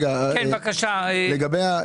יש לכם